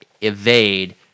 evade